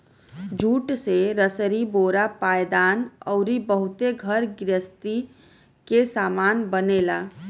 jute से रसरी बोरा पायदान अउरी बहुते घर गृहस्ती के सामान बनेला